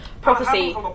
prophecy